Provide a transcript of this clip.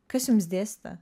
kas jums dėstė